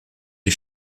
die